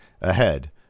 ahead